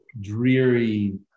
dreary